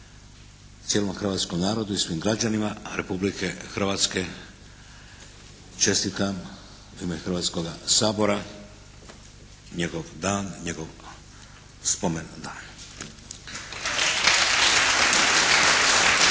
cijelom hrvatskom narodu i svim građanima Republike Hrvatske čestitam u ime Hrvatskoga sabora njegov dan, njegov spomen dan.